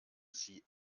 sie